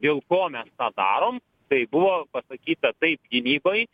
dėl ko mes tą darom tai buvo pasakyta taip gynybai